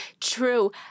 true